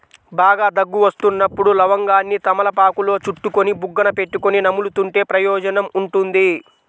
బాగా దగ్గు వస్తున్నప్పుడు లవంగాన్ని తమలపాకులో చుట్టుకొని బుగ్గన పెట్టుకొని నములుతుంటే ప్రయోజనం ఉంటుంది